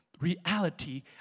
reality